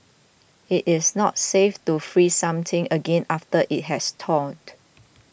it is not safe to freeze something again after it has thawed